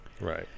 right